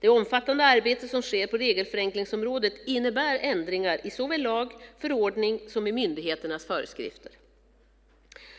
Det omfattande arbete som sker på regelförenklingsområdet innebär ändringar i såväl lag, förordning som i myndigheters föreskrifter.